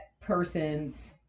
person's